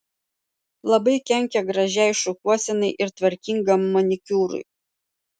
labai kenkia gražiai šukuosenai ir tvarkingam manikiūrui